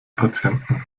patienten